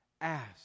ask